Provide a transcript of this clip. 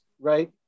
right